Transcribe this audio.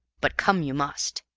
but come you must.